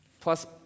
Plus